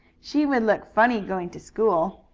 she would look funny going to school,